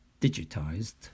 digitized